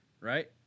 right